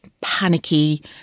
panicky